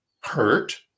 hurt